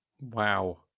Wow